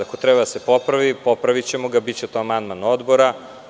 Ako treba da se popravi, popravićemo ga, biće go amandman odbora.